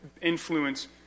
influence